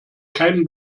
keinen